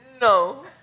No